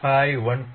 75 1